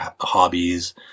hobbies